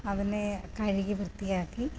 അതിനെ കഴുകി വൃത്തിയാക്കി